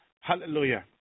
Hallelujah